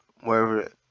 wherever